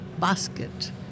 basket